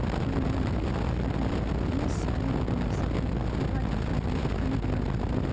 اور میں اُن کی پتہ نہیں کتنی ساری دعائیں لے سکوں اور وہاں جا کر ہمیں اتنی دعائیں کروں